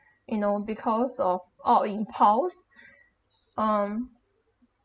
you know because of oh impulse um